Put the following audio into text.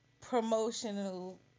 promotional